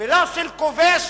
ולא של כובש